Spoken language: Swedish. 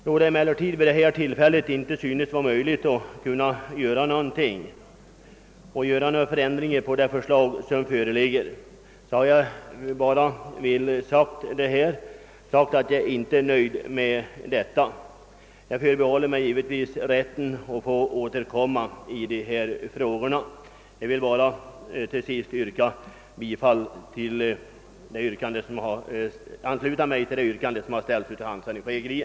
Då det emellertid vid detta tillfälle inte synes möjligt att åstadkomma någon förändring i det föreliggande förslaget har jag bara velat säga att jag inte är nöjd med det. Jag förbehåller mig givetvis rätten att återkomma i dessa frågor. Jag vill bara till sist ansluta mig till det yrkande som framställts av herr Hansson i Skegrie.